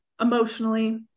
emotionally